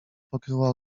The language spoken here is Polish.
pokryła